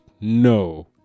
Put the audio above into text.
no